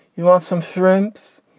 you want some shrimps?